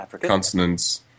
consonants